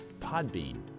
Podbean